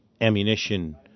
ammunition